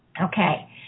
Okay